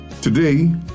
Today